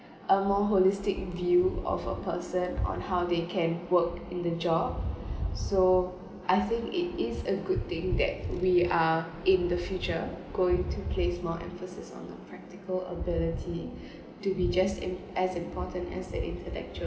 a more holistic view of a person on how they can work in the job so I think it is a good thing that we are in the future going to place more emphasis on the practical ability to be just im~ as important as the intellectual